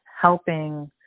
helping